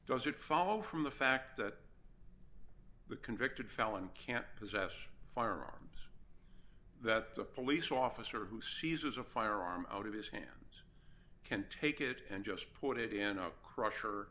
it follow from the fact that the convicted felon can't possess firearms that the police officer who sees a firearm out of his hands can't take it and just put it in a crush